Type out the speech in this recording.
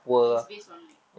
it's based on like